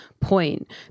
point